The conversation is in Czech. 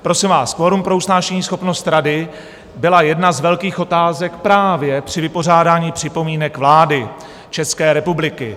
Prosím vás, kvorum pro usnášeníschopnost rady byla jedna z velkých otázek právě při vypořádání připomínek vlády České republiky.